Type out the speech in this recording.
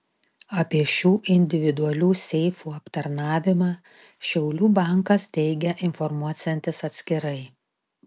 apie šių individualių seifų aptarnavimą šiaulių bankas teigia informuosiantis atskirai